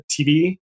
TV